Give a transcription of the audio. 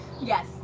Yes